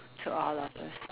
to all of us